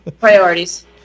Priorities